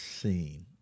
seen